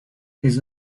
his